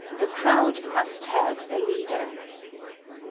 the crowd must have a leader